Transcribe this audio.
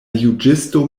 juĝisto